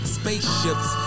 spaceships